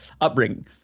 upbringing